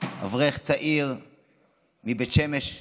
אברך צעיר מבית שמש שנפטר,